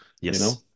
Yes